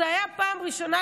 זו הייתה הפעם הראשונה,